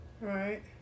Right